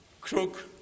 crook